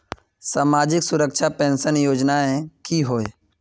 सामाजिक सुरक्षा पेंशन योजनाएँ की होय?